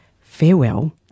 farewell